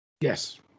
Yes